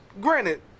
Granted